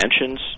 mentions